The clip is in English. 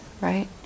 right